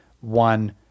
one